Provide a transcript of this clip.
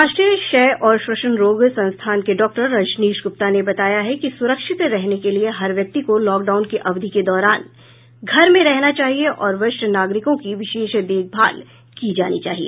राष्ट्रीय क्षय और श्वसन रोग संस्थान के डॉक्टर रजनीश गुप्ता ने बताया कि सुरक्षित रहने के लिए हर व्यक्ति को लॉकडाउन की अवधि के दौरान घर में रहना चाहिए और वरिष्ठ नागरिकों की विशेष देखभाल की जानी चाहिए